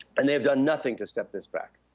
and they have done nothing to step this back.